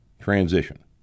transition